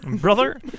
Brother